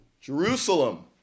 Jerusalem